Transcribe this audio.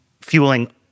fueling